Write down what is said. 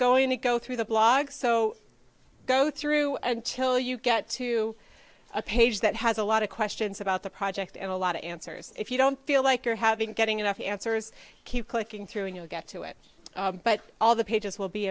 going to go through the blog so go through until you get to a page that has a lot of questions about the project and a lot of answers if you don't feel like you're having getting enough answers keep clicking through and you'll get to it but all the pages will be